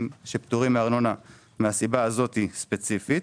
שפטורים מארנונה מהסיבה הזו ספציפית,